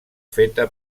feta